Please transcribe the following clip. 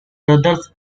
brothers